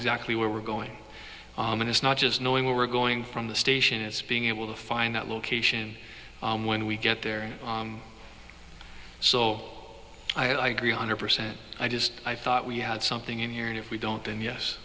exactly where we're going and it's not just knowing where we're going from the station it's being able to find that location when we get there and so i agree one hundred percent i just i thought we had something in here and if we don't then yes